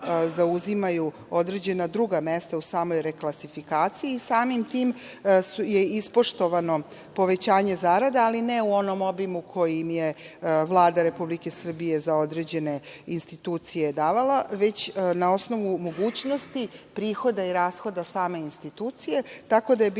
zauzimaju određena druga mesta u samoj reklasifikaciji. Samim tim je ispoštovano povećanje zarada, ali ne u onom obimu koji je Vlada Republike Srbije za određene institucije davala, već na osnovu mogućnosti, prihoda i rashoda same institucije. Tako da je bilo